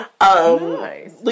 Nice